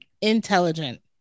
Intelligent